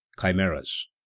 chimeras